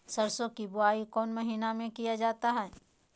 सरसो की बोआई कौन महीने में किया जाता है?